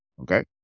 Okay